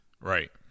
Right